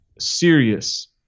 serious